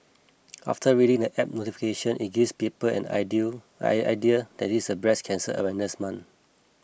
after reading the app notification it gives people an ideal idea that this is the breast cancer awareness month